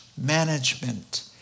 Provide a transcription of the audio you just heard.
management